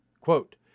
Quote